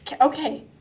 Okay